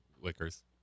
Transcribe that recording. liquors